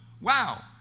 wow